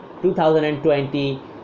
2020